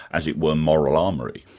as it were, moral armoury.